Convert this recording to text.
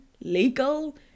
legal